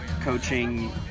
coaching